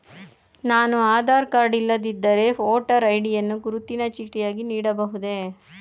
ನಾನು ಆಧಾರ ಕಾರ್ಡ್ ಇಲ್ಲದಿದ್ದರೆ voter ID ಯನ್ನು ಗುರುತಿನ ಚೀಟಿಯಾಗಿ ನೀಡಬಹುದೇ?